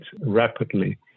rapidly